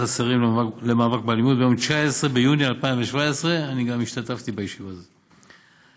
השרים למאבק באלימות ביום 19 ביוני 2017. גם אני השתתפתי בישיבה זאת.